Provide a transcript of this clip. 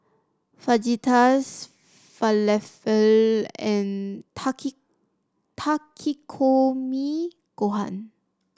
Fajitas Falafel and Takikomi Gohan